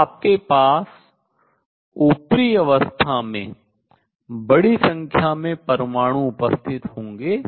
तो आपके पास ऊपरी अवस्था में बड़ी संख्या में परमाणु उपस्थित होंगे